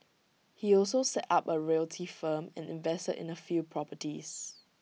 he also set up A reality firm and invested in A few properties